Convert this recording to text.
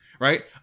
Right